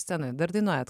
scenoj dar dainuojate